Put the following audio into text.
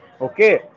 okay